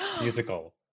musical